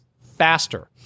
Faster